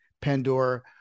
Pandora